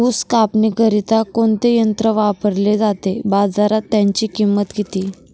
ऊस कापणीकरिता कोणते यंत्र वापरले जाते? बाजारात त्याची किंमत किती?